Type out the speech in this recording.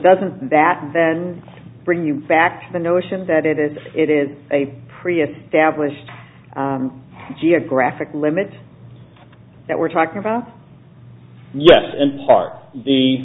doesn't that then bring you back to the notion that it is it is a pre established geographic limits that we're talking about yes in part the